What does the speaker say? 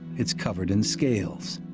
it's covered in scales.